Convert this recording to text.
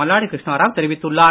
மல்லாடி கிருஷ்ணாராவ் தெரிவித்துள்ளார்